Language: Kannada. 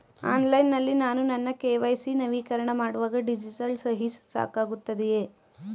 ಆನ್ಲೈನ್ ನಲ್ಲಿ ನಾನು ನನ್ನ ಕೆ.ವೈ.ಸಿ ನವೀಕರಣ ಮಾಡುವಾಗ ಡಿಜಿಟಲ್ ಸಹಿ ಸಾಕಾಗುತ್ತದೆಯೇ?